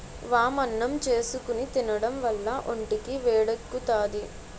వామన్నం చేసుకుని తినడం వల్ల ఒంటికి వేడెక్కుతాది